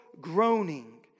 groaning